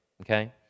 Okay